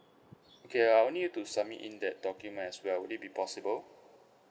okay I will need you to submit in that document as well would it be possible